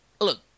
Look